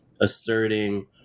asserting